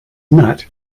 nut